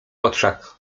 oczach